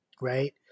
right